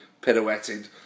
pirouetted